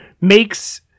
makes